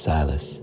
Silas